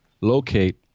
locate